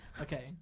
Okay